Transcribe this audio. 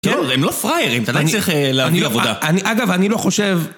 לא, הם לא פריירים, אתה עדיין צריך להביא עבודה. אגב, אני לא חושב...